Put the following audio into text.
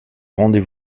rendez